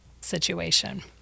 situation